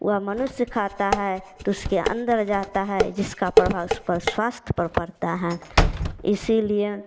वह मनुष्य खाता है तो उसके अंदर जाता है जिसका प्रभाव उस पर स्वास्थ्य पर पड़ता है इसलिए